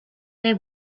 they